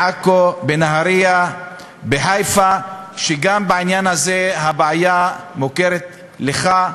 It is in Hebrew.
בעכו, בנהריה, בחיפה, וגם הבעיה הזאת מוכרת לך.